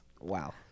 Wow